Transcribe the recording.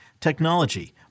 technology